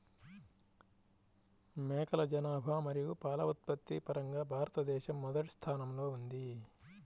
మేకల జనాభా మరియు పాల ఉత్పత్తి పరంగా భారతదేశం మొదటి స్థానంలో ఉంది